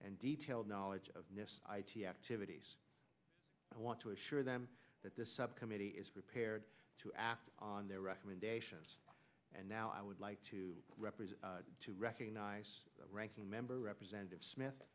and detailed knowledge of activities i want to assure them that this subcommittee is prepared to act on their recommendations and now i would like to represent to recognize the ranking member representative smith